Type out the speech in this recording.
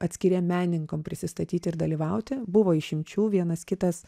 atskiriem menininkam prisistatyti ir dalyvauti buvo išimčių vienas kitas